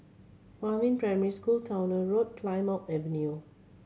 Huamin Primary School Towner Road Plymouth Avenue